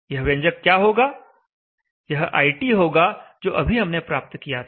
यह व्यंजक क्या होगा यह iT होगा जो अभी हमने प्राप्त किया था